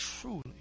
truly